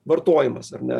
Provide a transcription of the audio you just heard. vartojimas ar ne